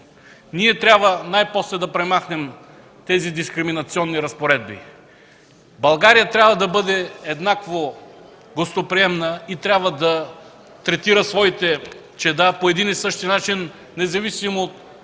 ние трябва най-после да премахнем тези дискриминационни разпоредби. България трябва да бъде еднакво гостоприемна и да третира своите чада по един и същи начин, независимо